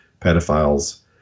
pedophiles